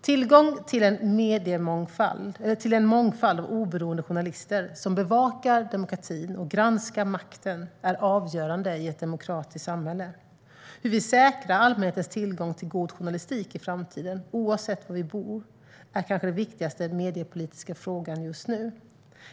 Tillgång till en mångfald av oberoende journalister, som bevakar demokratin och granskar makten, är avgörande i ett demokratiskt samhälle. Hur vi säkrar allmänhetens tillgång till god journalistik i framtiden, oavsett var i Sverige man bor, är kanske den viktigaste mediepolitiska frågan just nu.